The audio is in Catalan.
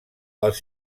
els